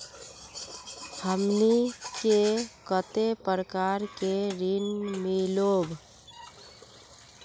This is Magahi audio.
हमनी के कते प्रकार के ऋण मीलोब?